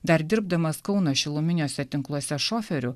dar dirbdamas kauno šiluminiuose tinkluose šoferiu